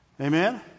Amen